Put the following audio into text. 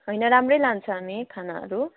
होइन राम्रै लान्छौँ हामी खानाहरू